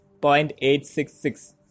0.866